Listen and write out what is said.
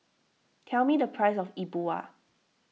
tell me the price of E Bua